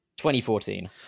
2014